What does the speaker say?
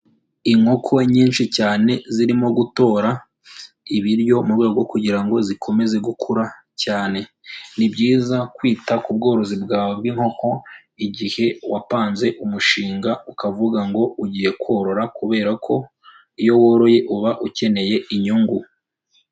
Inkoko nyinshi cyane zirimo gutora ibiryo mu rwego kugira ngo zikomeze gukura cyane. Ni byiza kwita ku bworozi bwawe bw'inkoko, igihe wapanze umushinga ukavuga ngo ugiye korora kubera ko iyo woroye, uba ukeneye inyungu.